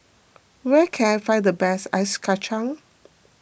where can I find the best Ice Kacang